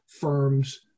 firm's